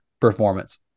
performance